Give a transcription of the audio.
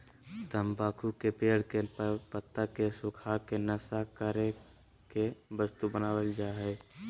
तम्बाकू के पेड़ के पत्ता के सुखा के नशा करे के वस्तु बनाल जा हइ